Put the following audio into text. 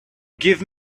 give